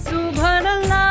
Subhanallah